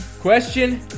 question